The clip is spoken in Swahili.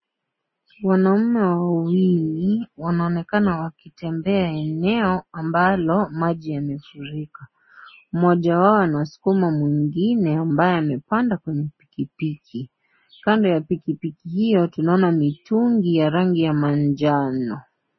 Wanaume wawili wanaonekana wakitembea eneo ambalo maji yamefurika. Mmoja wao anaskuma mwingine ambaye amepanda kwenye pikipiki. Kando ya pikipiki hiyo tunaona mitungi ya rangi ya maanjano.